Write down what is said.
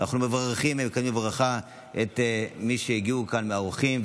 אנחנו מקדמים בברכה את מי שהגיעו כאן מהאורחים,